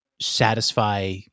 satisfy